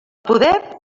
poder